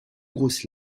grosses